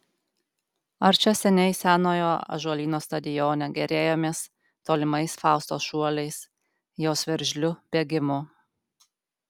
ar čia seniai senojo ąžuolyno stadione gėrėjomės tolimais faustos šuoliais jos veržliu bėgimu